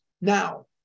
Now